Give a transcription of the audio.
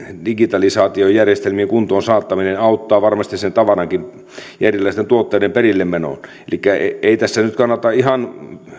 digitalisaatiojärjestelmien kuntoonsaattaminen auttaa varmasti sen tavarankin ja erilaisten tuotteiden perille menoon elikkä ei tässä nyt kannata ihan